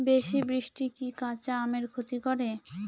বেশি বৃষ্টি কি কাঁচা আমের ক্ষতি করে?